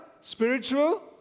spiritual